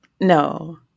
No